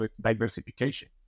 diversification